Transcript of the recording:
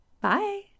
Bye